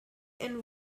and